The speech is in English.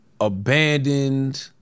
abandoned